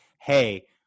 Hey